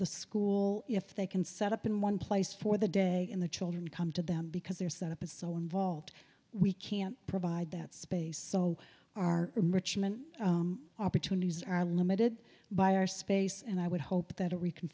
the school if they can set up in one place for the day when the children come to them because they're set up is so involved we can't provide that space so our richmond opportunities are limited by our space and i would hope that